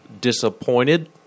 disappointed